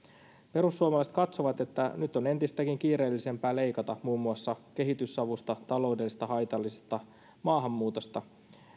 perussuomalaiset katsovat että nyt on entistäkin kiireellisempää leikata muun muassa kehitysavusta taloudellisesti haitallisesta maahanmuutosta